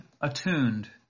attuned